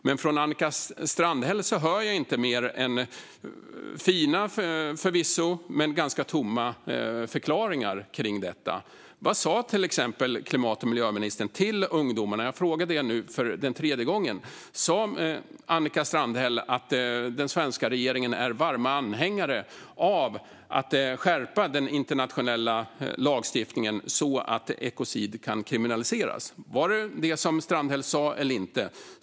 Men från Annika Strandhäll hör jag inte mer än förvisso fina men ganska tomma förklaringar. Vad sa till exempel klimat och miljöministern till ungdomarna? Det frågar jag nu för tredje gången. Sa Annika Strandhäll att den svenska regeringen är en varm anhängare av att skärpa den internationella lagstiftningen så att ekocid kan kriminaliseras? Var det vad Strandhäll sa eller inte?